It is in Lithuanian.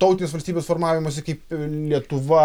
tautinės valstybės formavimosi kaip lietuva